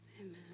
Amen